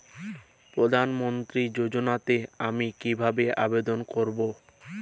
প্রধান মন্ত্রী যোজনাতে আমি কিভাবে আবেদন করবো?